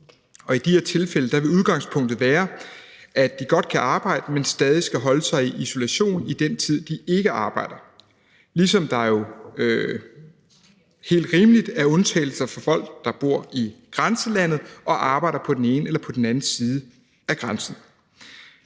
Og i de her tilfælde vil udgangspunktet være, at de godt kan arbejde, men stadig skal holde sig i isolation i den tid, hvor de ikke arbejder, ligesom der jo helt rimeligt er undtagelser for folk, der bor i grænselandet og arbejder på den ene eller på den anden side af grænsen.